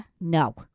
No